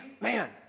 man